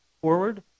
forward